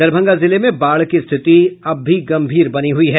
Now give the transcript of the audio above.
दरभंगा जिले में बाढ़ की स्थिति अब भी गम्भीर बनी हुई है